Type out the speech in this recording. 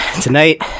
Tonight